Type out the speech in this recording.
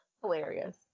Hilarious